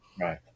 Right